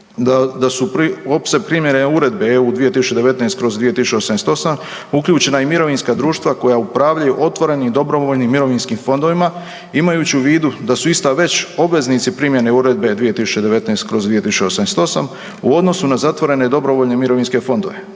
da su pri, opseg primjene Uredbe (EU) 2019/2088 uključena i mirovinska društva koja upravljaju otvorenim i dobrovoljnim mirovinskim fondovima, imajući u vidu da su ista već obveznici primjene Uredbe 2019/2088 u odnosu na zatvorene i dobrovoljne mirovinske fondove.